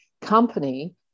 company